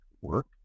work